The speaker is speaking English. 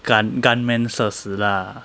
gun gunmen 射死 lah